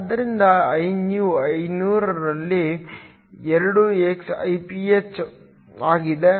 ಆದ್ದರಿಂದ Inew 500ರಲ್ಲಿ 2xIph ಆಗಿದೆ